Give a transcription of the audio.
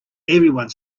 everyone